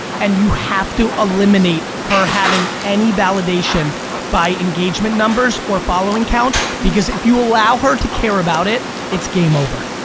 and you have to eliminate her having any validation by engagement numbers or following count because if you allow her to care about it, it's game over.